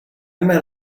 met